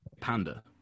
Panda